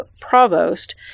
provost